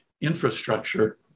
infrastructure